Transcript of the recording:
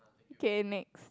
okay next